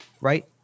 right